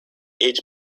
age